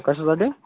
कशासाठी